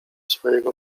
swojego